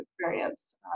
experience